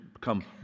come